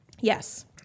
Yes